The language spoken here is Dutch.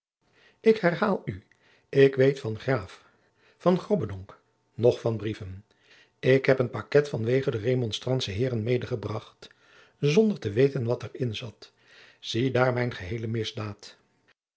ik herhaal u ik weet van graaf van grobbendonck noch van brieven ik heb een paket vanwege de remonstrantsche heeren medegebracht zonder te weten wat er inzat ziedaar mijn geheele misdaad